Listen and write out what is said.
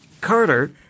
Carter